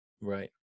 Right